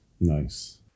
nice